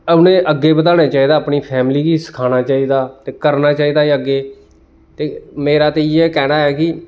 उ'नें अग्गें बधाना चाहिदा ते अपनी फैमली गी सखाना चाहिदा ते करना चाहिदा अग्गें ते मेरा ते इ'यै कैह्ना ऐ कि